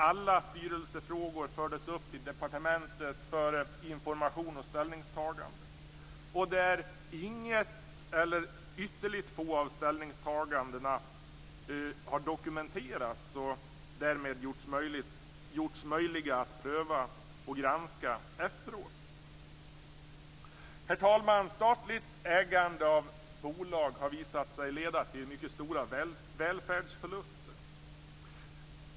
Alla styrelsefrågor fördes upp till departementet för information och ställningstagande. Inget, eller ytterligt få, av ställningstagandena har dokumenterats och därmed gjorts möjligt att pröva och granska efteråt. Herr talman! Statligt ägande av bolag har visat sig leda till mycket stora välfärdsförluster.